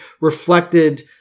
reflected